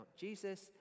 Jesus